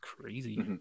crazy